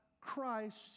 Christ